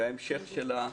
בהמשך שלה,